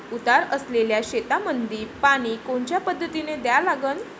उतार असलेल्या शेतामंदी पानी कोनच्या पद्धतीने द्या लागन?